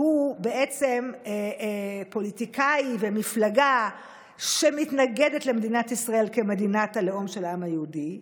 הוא פוליטיקאי במפלגה שמתנגדת למדינת ישראל כמדינת הלאום של העם היהודי,